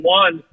one